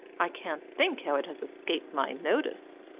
i can't think how it has escaped my notice.